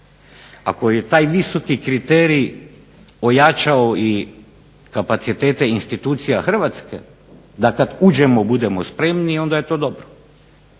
ako je taj visoki kriterij ojačao kapacitete institucija hrvatske da kada uđemo budemo spremni onda je to dobro,